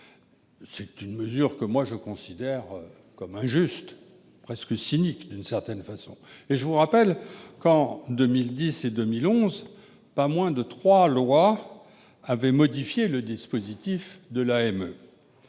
C'est une mesure que je considère comme injuste, presque cynique, d'une certaine manière. Monsieur Karoutchi, je vous rappelle que, entre 2010 et 2011, pas moins de trois lois avaient modifié le dispositif de l'aide